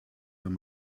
wenn